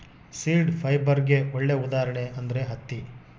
seed ಫೈಬರ್ಗೆ ಒಳ್ಳೆ ಉದಾಹರಣೆ ಅಂದ್ರೆ ಹತ್ತಿ